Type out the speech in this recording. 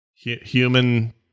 Human